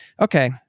okay